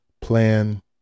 plan